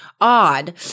odd